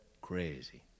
Crazy